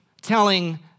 telling